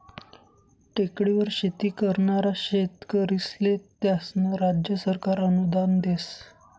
टेकडीवर शेती करनारा शेतकरीस्ले त्यास्नं राज्य सरकार अनुदान देस